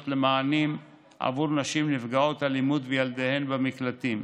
למענים עבור נשים נפגעות אלימות וילדיהן במקלטים.